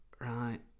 Right